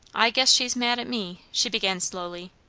i guess she's mad at me, she began slowly.